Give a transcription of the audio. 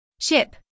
Chip